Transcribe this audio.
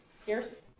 scarce